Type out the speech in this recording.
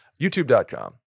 YouTube.com